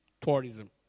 tourism